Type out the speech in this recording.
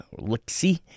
look-see